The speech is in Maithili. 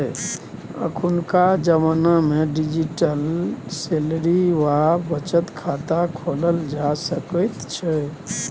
अखुनका जमानामे डिजिटल सैलरी वा बचत खाता खोलल जा सकैत छै